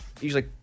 usually